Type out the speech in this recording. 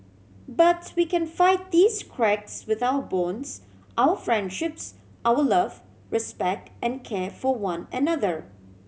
but we can fight these cracks with our bonds our friendships our love respect and care for one another